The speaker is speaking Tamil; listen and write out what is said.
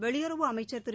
வெளியுறவு அமைச்சர் திரு